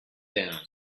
down